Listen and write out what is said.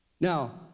Now